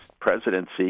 presidency